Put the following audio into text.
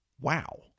wow